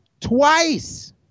Twice